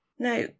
Now